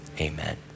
amen